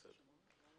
בסדר.